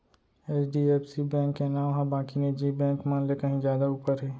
HDFC bank के नांव ह बाकी निजी बेंक मन ले कहीं जादा ऊपर हे